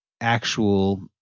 actual